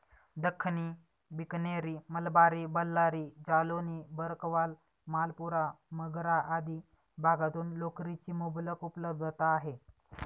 दख्खनी, बिकनेरी, मलबारी, बल्लारी, जालौनी, भरकवाल, मालपुरा, मगरा आदी भागातून लोकरीची मुबलक उपलब्धता आहे